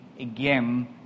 again